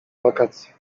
wakacje